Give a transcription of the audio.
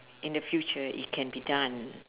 in the future it can be done